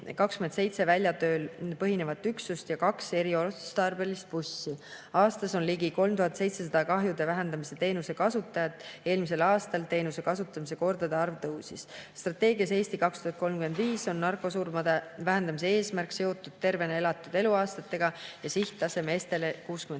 27 välitööl põhinevat üksust ja kaks eriotstarbelist bussi. Aastas on ligi 3700 kahjude vähendamise teenuse kasutajat. Eelmisel aastal teenuse kasutamise kordade arv tõusis. Strateegias "Eesti 2035" on narkosurmade vähendamise eesmärk seotud tervena elatud eluaastatega ja sihttase meestele 63